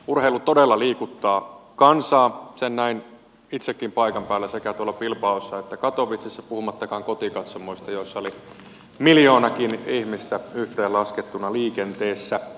urheilu todella liikuttaa kansaa sen näin itsekin paikan päällä sekä bilbaossa että katowicessa puhumattakaan kotikatsomoista joissa oli miljoonakin ihmistä yhteen laskettuna liikenteessä